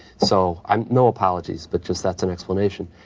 so i'm, no apologies, but just that's an explanation.